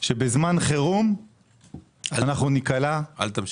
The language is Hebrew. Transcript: שבזמן חירום אנחנו ניקלע --- אל תמשיך,